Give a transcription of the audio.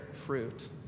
fruit